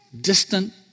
distant